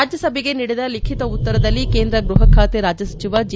ರಾಜ್ಲಸಭೆಗೆ ನೀಡಿದ ಲಿಖಿತ ಉತ್ತರದಲ್ಲಿ ಕೇಂದ್ರ ಗ್ಬಹಬಾತೆ ರಾಜ್ಲ ಸಚಿವ ಜಿ